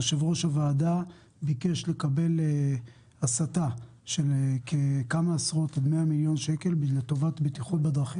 יושב-ראש הוועדה ביקש לקבל הסטה של 100 מיליון שקל לטובת בטיחות בדרכים